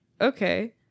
okay